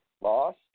lost